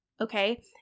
okay